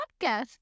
podcast